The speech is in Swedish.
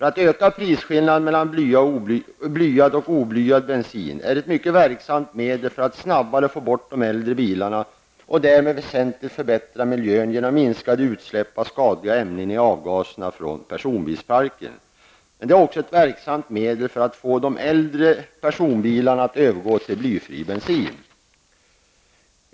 Att öka prisskillnaden mellan blyad och blyfri bensin är ett mycket verksamt medel att snabbare få bort de äldre bilarna och därmed väsentligt förbättra miljön genom minskade utsläpp av skadliga ämnen i avgaserna från personbilsparken. Detta är också ett verksamt medel för att få de äldre personbilarna att gå över till blyfri bensin.